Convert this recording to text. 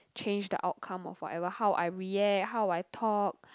change the outcome of whatever how I react how I talk